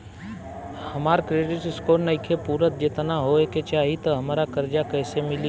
हमार credit score नईखे पूरत जेतना होए के चाही त हमरा कर्जा कैसे मिली?